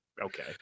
okay